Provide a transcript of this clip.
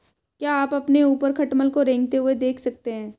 क्या आप अपने ऊपर खटमल को रेंगते हुए देख सकते हैं?